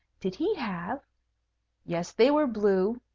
did he have yes, they were blue.